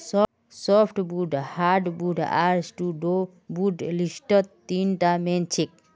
softwood hardwood आर pseudowood लिस्टत तीनटा मेन छेक